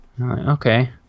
Okay